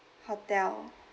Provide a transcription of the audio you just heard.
hotel